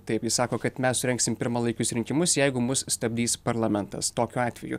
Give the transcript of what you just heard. taip jis sako kad mes surengsim pirmalaikius rinkimus jeigu mus stabdys parlamentas tokiu atveju